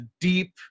deep